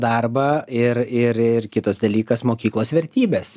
darbą ir ir ir kitas dalykas mokyklos vertybės